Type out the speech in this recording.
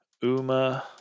Uma